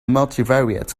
multivariate